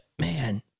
man